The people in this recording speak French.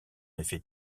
effet